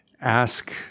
ask